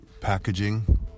packaging